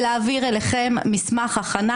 ולהעביר אליכם מסמך הכנה,